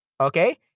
Okay